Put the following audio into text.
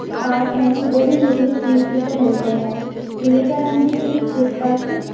पाठ हैं वो भी मुझे सीखने को मिलते हैं विवेकानंद जी की पुस्तक